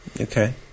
Okay